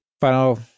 final